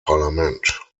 parlament